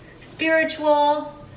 spiritual